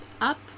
up